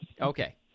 Okay